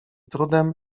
trudem